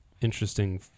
interesting